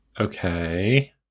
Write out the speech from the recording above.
Okay